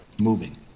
moving